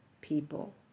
people